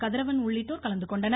கதிரவன் உள்ளிட்டோர் கலந்துகொண்டனர்